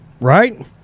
right